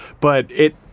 but it,